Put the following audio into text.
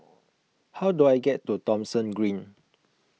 how do I get to Thomson Green